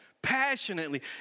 passionately